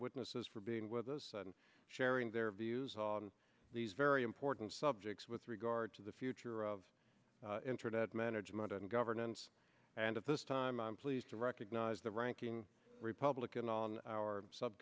witnesses for being with us and sharing their views on these very important subjects with regard to the future of internet management and governance and at this time i am pleased to recognize the ranking republican on our sub